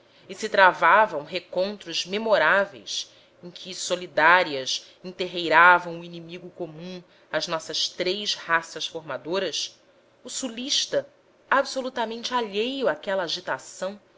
e se travavam recontros memoráveis em que solidárias enterreiravam o inimigo comum as nossas três raças formadoras o sulista absolutamente alheio àquela agitação